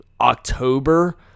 October